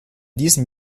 diesem